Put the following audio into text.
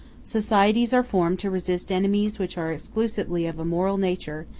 societies are formed to resist enemies which are exclusively of a moral nature,